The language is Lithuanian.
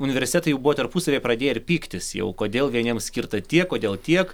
universitetai jau buvo tarpusavyje pradėję ir pyktis jau kodėl vieniems skirta tiek kodėl tiek